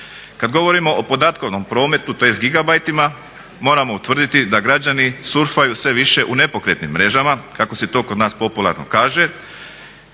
Kad govorimo o podatkovnom prometu tj. gigabajtima moramo utvrditi da građani surfaju sve više u nepokretnim mrežama kako se to kod nas popularno kaže,